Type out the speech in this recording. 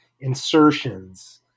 insertions